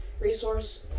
Resource